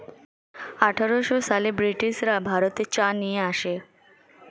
আঠারোশো সালে ব্রিটিশরা ভারতে চা নিয়ে আসে